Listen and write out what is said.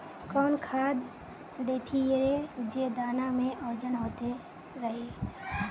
कौन खाद देथियेरे जे दाना में ओजन होते रेह?